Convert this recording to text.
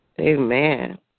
Amen